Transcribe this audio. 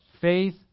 faith